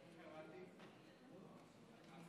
משה,